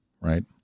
Right